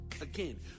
Again